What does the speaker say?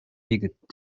егет